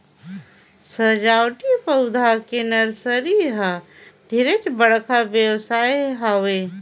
सजावटी पउधा के नरसरी ह ढेरे बड़का बेवसाय हवे